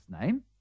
name